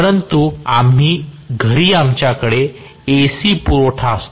परंतु घरी आमच्याकडे AC पुरवठा असतो